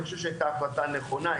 אני חושב שהיא הייתה החלטה נכונה.